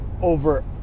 over